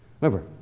Remember